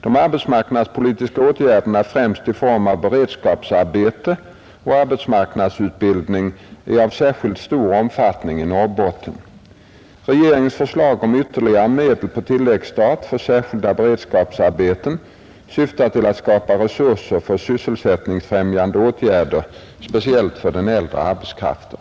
De arbetsmarknadspolitiska åtgärderna främst i form av beredskapsarbeten och arbetsmarknadsutbildning är av särskilt stor omfattning i Norrbotten. Regeringens förslag om ytterligare medel på tilläggsstat för särskilda beredskapsarbeten syftar till att skapa resurser för sysselsättningsfrämjande åtgärder speciellt för den äldre arbetskraften.